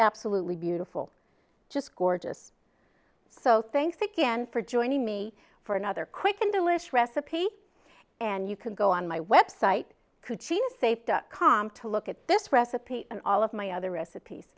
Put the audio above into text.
absolutely beautiful just gorgeous so thanks again for joining me for another quick and delish recipe and you can go on my website cucina save dot com to look at this recipe and all of my other recipes